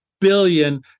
billion